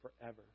forever